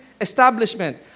establishment